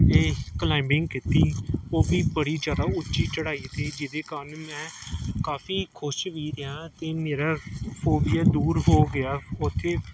ਇਹ ਕਲਾਈਮਿੰਗ ਕੀਤੀ ਉਹ ਵੀ ਬੜੀ ਜ਼ਿਆਦਾ ਉੱਚੀ ਚੜ੍ਹਾਈ ਸੀ ਜਿਹਦੇ ਕਾਰਨ ਮੈਂ ਕਾਫੀ ਖੁਸ਼ ਵੀ ਰਿਹਾ ਅਤੇ ਮੇਰਾ ਫੋਬੀਆ ਦੂਰ ਹੋ ਗਿਆ ਉੱਥੇ